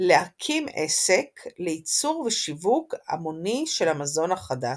להקים עסק לייצור ושיווק המוני של המזון החדש.